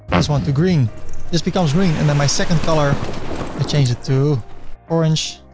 this one to green this becomes green, and then my second color i change it to orange,